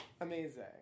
Amazing